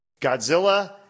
Godzilla